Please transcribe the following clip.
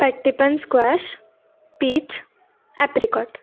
pattypan squash peach apricot